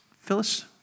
Phyllis